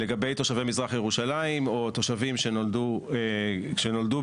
לגבי תושבי מזרח ירושלים או תושבים שנולדו בישראל,